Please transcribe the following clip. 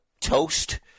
toast